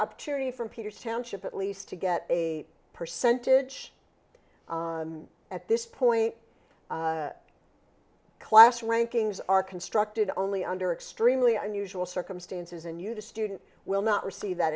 opportunity from peter township at least to get a percentage at this point class rankings are constructed only under extremely unusual circumstances and you the student will not receive that